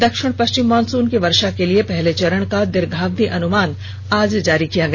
दक्षिण पश्चिम मॉनसून की वर्षा के लिए पहले चरण का दीर्घावधि अनुमान आज जारी किया गया